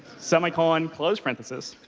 semicolon, close parentheses.